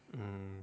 mm